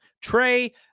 Trey